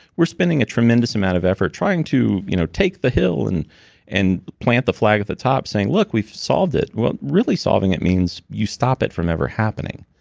we're spending a tremendous amount of effort trying to you know take the hill and and plant the flag at the top saying, look, we've solved it. well, really solving it means you stop it from ever happening.